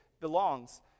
belongs